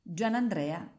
Gianandrea